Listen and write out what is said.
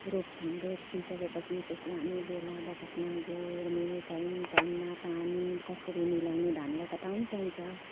रोप्छौँ रोपिसके पछि त्यसलाई हामी बेला बखतमा गोड मेल टाइम टाइममा पानी कसरी मिलाउनु धानलाई त पानी चाहिन्छ